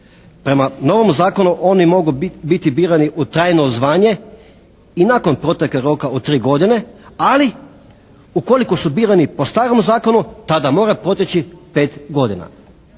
Prema novom zakonu oni mogu biti birani u trajno zvanje i nakon proteka roka od 3 godine ali ukoliko su birani po starom zakonu tada mora proteći 5 godina.